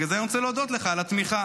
בגלל זה אני רוצה להודות לך על התמיכה.